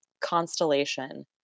Constellation